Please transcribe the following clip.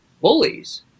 bullies